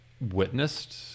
Witnessed